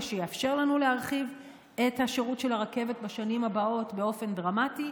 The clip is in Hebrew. מה שיאפשר לנו להרחיב את השירות של הרכבת בשנים הבאות באופן דרמטי.